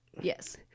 Yes